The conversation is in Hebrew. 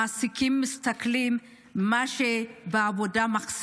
המעסיקים מסתכלים על מה שהם מחסירים בעבודה.